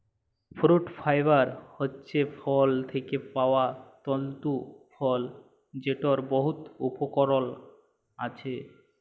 fruit fibre হছে ফল থ্যাকে পাউয়া তল্তু ফল যেটর বহুত উপকরল আছে